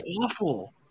awful